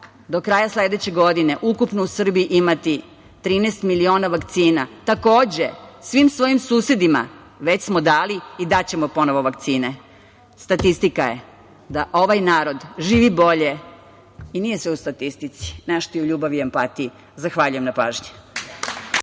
do kraja sledeće godine ukupno u Srbiji imati 13 miliona vakcina. Takođe, svim svojim susedima već smo dali i daćemo ponovo vakcine. Statistika je da ovaj narod živi bolje i nije sve u statistici nešto je u ljubavi i empatiji. Zahvaljujem na pažnji.